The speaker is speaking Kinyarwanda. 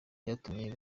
byatumye